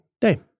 day